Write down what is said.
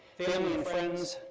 family and friends,